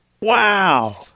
Wow